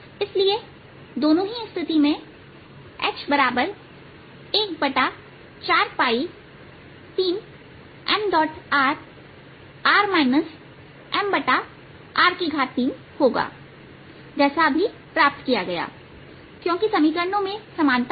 इसलिए दोनों ही स्थिति में H143mr r mr3 होगा जैसा अभी प्राप्त किया गया क्योंकि समीकरणों में समानता है